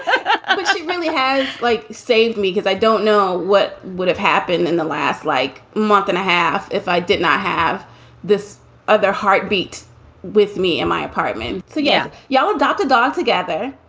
but she really has, like, saved me because i don't know what would have happened in the last, like, month and a half if i did not have this other heartbeat with me in my apartment. yeah. y'all adopt a dog together?